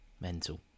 mental